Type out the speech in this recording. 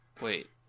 wait